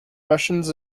russians